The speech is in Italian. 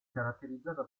caratterizzata